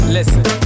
Listen